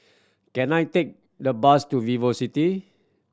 can I take a bus to VivoCity